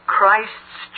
Christ's